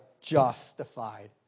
justified